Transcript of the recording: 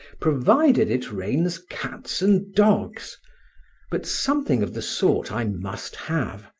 provided it rains cats and dogs but something of the sort i must have,